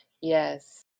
Yes